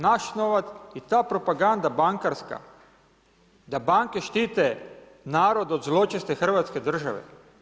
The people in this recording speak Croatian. Naš novac i ta propaganda bankarska, da banke štite narod od zločeste Hrvatske države.